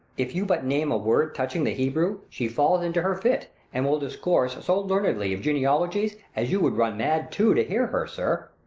if you but name a word touching the hebrew, she falls into her fit, and will discourse so learnedly of genealogies, as you would run mad too, to hear her, sir.